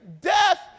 death